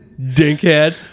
Dinkhead